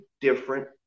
different